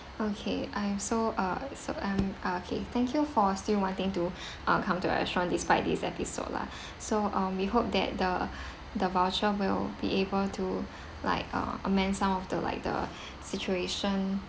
okay I am so uh so um uh okay thank you for still wanting to uh come to our restaurant despite this episode lah so um we hope that the the voucher will be able to like uh amend some of the like the situation